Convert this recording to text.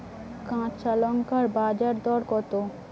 কাঁচা লঙ্কার বাজার দর কত?